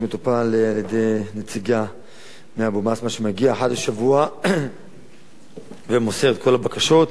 מטופל על-ידי נציג מאבו-בסמה שמגיע אחת לשבוע ומוסר את כל הבקשות.